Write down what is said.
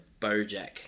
BoJack